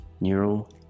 neural